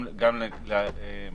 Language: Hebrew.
מה